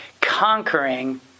conquering